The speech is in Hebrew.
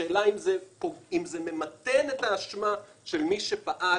השאלה אם זה ממתן את האשמה של מי שפעל